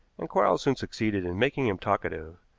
and quarles soon succeeded in making him talkative,